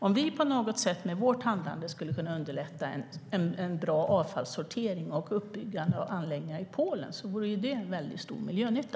Om vi på något sätt, med vårt handlande, kan underlätta en bra avfallssortering och uppbyggande av anläggningar i Polen vore det en väldigt stor miljönytta.